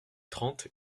trente